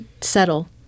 settle